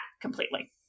completely